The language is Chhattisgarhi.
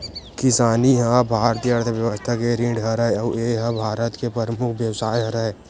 किसानी ह भारतीय अर्थबेवस्था के रीढ़ हरय अउ ए ह भारत के परमुख बेवसाय हरय